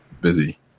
busy